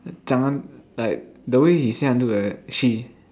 讲 like the way he say until like that she